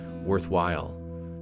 worthwhile